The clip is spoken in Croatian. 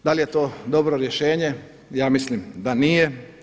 Da li je to dobro rješenje, ja mislim da nije.